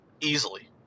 Easily